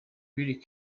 lil